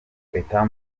d’etat